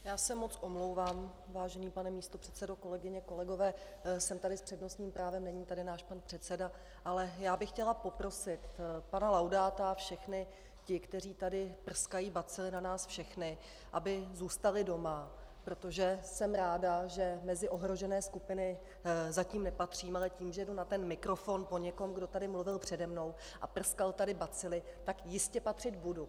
Já se moc omlouvám, vážený pane místopředsedo, kolegyně, kolegové, jsem tady s přednostním právem, není tady náš pan předseda, ale já bych chtěla poprosit pana Laudáta a všechny ty, kteří tady prskají bacily na nás všechny, aby zůstali doma, protože jsem ráda, že mezi ohrožené skupiny zatím nepatřím, ale tím, že jdu na mikrofon po někom, kdo tady mluvil přede mnohou a prskal tady bacily, tak jistě patřit budu.